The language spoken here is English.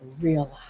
realize